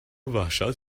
وحشت